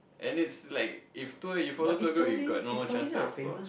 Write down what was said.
and it's like if tour you follow tour go you got no chance to explore